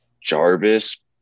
Jarvis